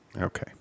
Okay